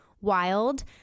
Wild